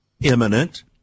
imminent